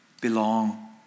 belong